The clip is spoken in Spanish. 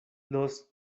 los